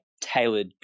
tailored